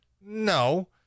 No